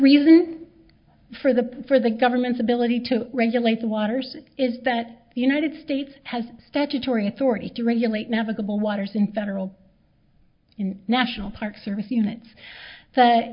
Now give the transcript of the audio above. reason for the for the government's ability to regulate the waters is that the united states has statutory authority to regulate navigable waters in federal in national park service units